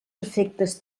efectes